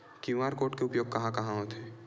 QR code के उपयोग कहां कहां होथे?